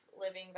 living